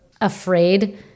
afraid